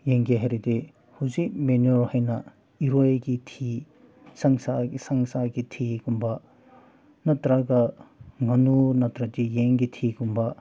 ꯌꯦꯡꯒꯦ ꯍꯥꯏꯔꯗꯤ ꯍꯧꯖꯤꯛ ꯃꯦꯅ꯭ꯌꯣꯔ ꯍꯥꯏꯅ ꯏꯔꯣꯏꯒꯤ ꯊꯤ ꯁꯟꯁꯥ ꯁꯟꯁꯥꯒꯤ ꯊꯤꯒꯨꯝꯕ ꯅꯠꯇ꯭ꯔꯒ ꯉꯥꯅꯨ ꯅꯠꯇ꯭ꯔꯗꯤ ꯌꯦꯟꯒꯤ ꯊꯤꯒꯨꯝꯕ